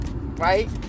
right